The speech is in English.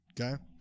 Okay